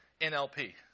NLP